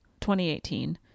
2018